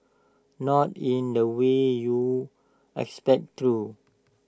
not in the way you'd expect though